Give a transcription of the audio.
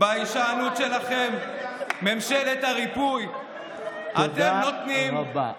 בהישענות שלכם, ממשלת הריפוי, תודה רבה.